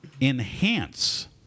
enhance